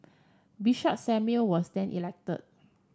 Bishop Samuel was then elected